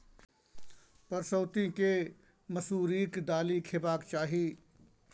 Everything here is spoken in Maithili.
परसौती केँ मसुरीक दालि खेबाक चाही